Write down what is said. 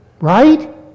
Right